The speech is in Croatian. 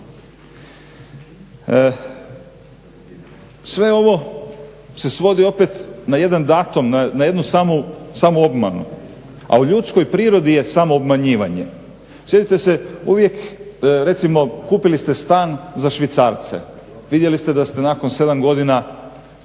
Sve ovo se svodi opet na jedan datum na jednu samoobmanu, a u ljudskoj prirodi je samoobmanjivanje. Sjetite se uvijek recimo kupili ste stan za švicarce, vidjeli ste da ste nakon 7 godina